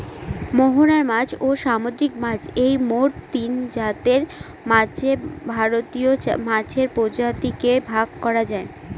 মোহনার মাছ, ও সামুদ্রিক মাছ এই মোট তিনজাতের মাছে ভারতীয় মাছের প্রজাতিকে ভাগ করা যায়